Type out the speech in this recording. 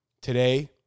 today